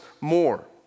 more